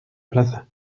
plaza